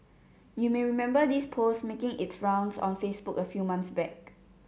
you may remember this post making its rounds on Facebook a few months back